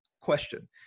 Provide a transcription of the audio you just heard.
question